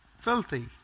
filthy